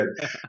Good